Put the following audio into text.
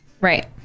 right